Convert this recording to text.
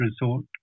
resort